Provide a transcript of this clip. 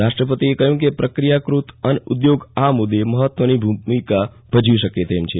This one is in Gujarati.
રાષ્ટ્રપતિએ કહ્યું કે પ્રક્રિયાકૃત અન્ન ઉઘોગ આ મુદ્દે મહત્વની ભૂમિકા ભજવી શકે તેમ છે